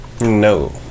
No